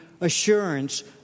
assurance